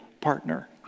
partner